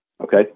okay